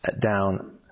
down